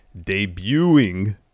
debuting